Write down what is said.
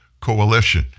Coalition